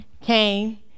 came